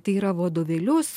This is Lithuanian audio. tai yra vadovėlius